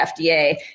FDA